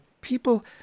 people